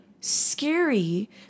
scary